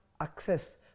access